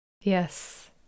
Yes